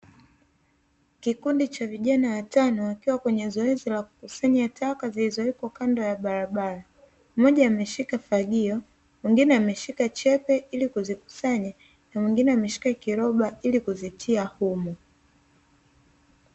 Kikundi cha vijana watano wakiwa kwenye zoezi la kukusanya taka zilizowekwa kando ya barabara, mmoja ameshika fagio mwingine ameshika chepe ili kuzikusanya na mwingine ameshika kiroba ili kuzitia humo.